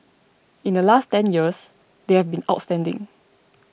in the last ten years they have been outstanding